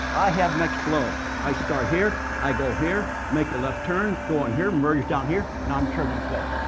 i have mixed flow. i start here i go here make a left turn, go on here, merge down here. now, i'm turbulent flow.